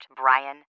Brian